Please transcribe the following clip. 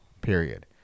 period